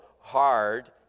hard